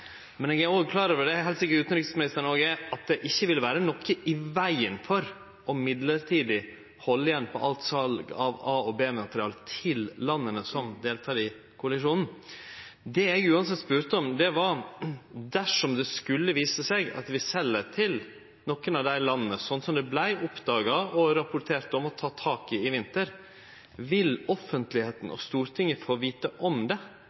Men eg er òg klar over, og det er heilt sikkert òg utanriksministeren, at det ikkje ville vere noko i vegen for mellombels å halde igjen på alt sal av A- og B-materiell til landa som deltek i koalisjonen. Det eg uansett spurde om, var at dersom det skulle vise seg at vi sel til nokre av desse landa, slik det vart oppdaga og rapportert om og teke tak i i vinter, vil offentlegheita og Stortinget få vite om det,